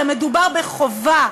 אלא מדובר בחובה,